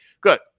good